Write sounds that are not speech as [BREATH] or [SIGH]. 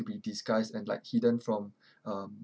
be disguised and like hidden from [BREATH] um